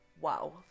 Wow